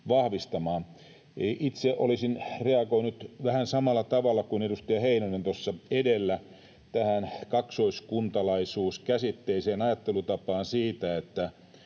vahvistamaan. Itse olisin reagoinut vähän samalla tavalla kuin edustaja Heinonen tuossa edellä tähän kaksoiskuntalaisuuskäsitteeseen, ajattelutapaan siitä, että